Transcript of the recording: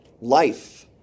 life